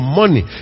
money